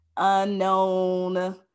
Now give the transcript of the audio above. unknown